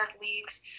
leagues